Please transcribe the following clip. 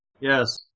Yes